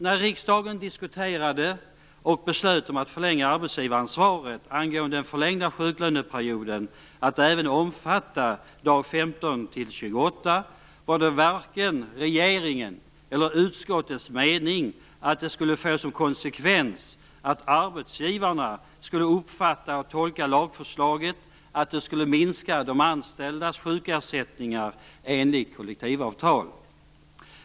När riksdagen diskuterade och beslöt att förlänga arbetsgivaransvaret angående den förlängda sjuklöneperioden att även omfatta dag 15-28 var det varken regeringens eller utskottets mening att det skulle få som konsekvens att arbetsgivarna skulle uppfatta och tolka lagförslaget så att det minskar de anställdas sjukersättningar enligt kollektivavtal.